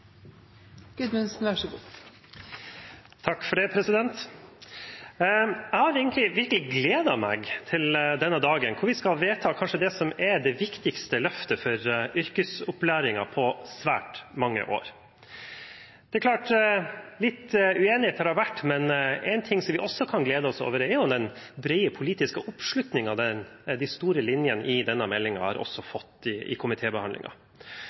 Jeg har virkelig gledet meg til denne dagen, der vi skal vedta det som kanskje er det viktigste løftet for yrkesopplæringen på svært mange år. Det er klart at litt uenighet har det vært, men en ting vi kan glede oss over, er den brede politiske oppslutningen de store linjene i denne meldingen har fått i komitébehandlingen – for spisskompetansen blir viktigere i takt med at samfunnets framgang og spesialisering fortsetter. Spesielt i